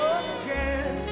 again